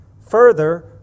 Further